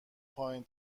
پایین